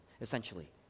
essentially